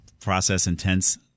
process-intense